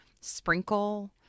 sprinkle